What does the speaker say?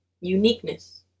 Uniqueness